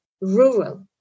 rural